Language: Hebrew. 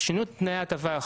שינוי תנאי ההטבה,